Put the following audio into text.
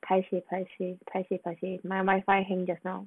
paiseh paiseh paiseh paiseh my wifi fighting just now